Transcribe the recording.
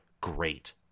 great